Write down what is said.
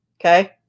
Okay